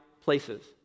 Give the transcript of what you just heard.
places